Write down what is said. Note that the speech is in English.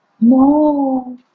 No